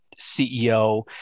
CEO